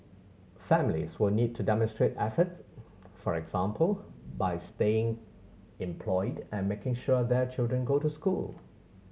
families will need to demonstrate efforts for example by staying employed and making sure their children go to school